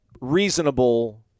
reasonable